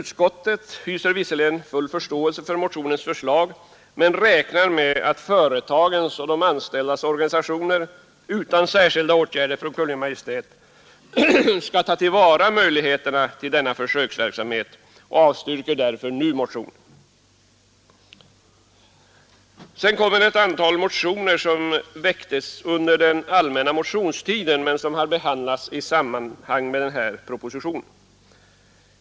Utskottet hyser visserligen förståelse för motionens förslag men räknar med att företagens och de anställdas organisationer utan särskilda åtgärder från Kungl. Maj:t skall ta till vara möjligheterna till försöksverksamhet och avstyrker därför nu motionen. kts under den allmänna motionstiden har behandlats i samband med den här propositionen.